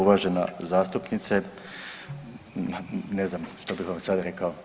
Uvažena zastupnice ne znam što bih vam sada rekao.